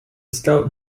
scout